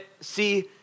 see